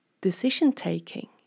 decision-taking